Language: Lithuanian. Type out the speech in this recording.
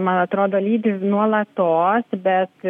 man atrodo lydi nuolatos bet